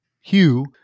Hugh